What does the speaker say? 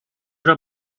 era